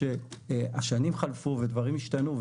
שהשנים חלפו ודברים השתנו,